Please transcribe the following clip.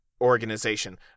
organization